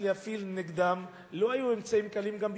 להפעיל נגדם לא היו אמצעים קלים גם בשבילו.